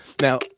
Now